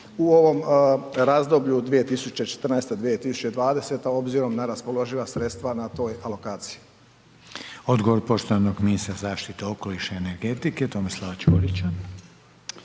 u ovom razdoblju 2014., 2020. obzirom na raspoloživa sredstva na toj alokaciji. **Reiner, Željko (HDZ)** Odgovor poštovanog ministra zaštite okoliša i energetike Tomislava Ćorića.